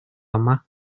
yma